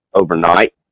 overnight